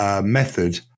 method